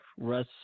Russ